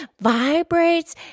vibrates